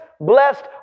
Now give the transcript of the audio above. blessed